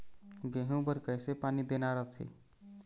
गेहूं बर कइसे पानी देना रथे?